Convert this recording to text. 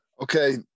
Okay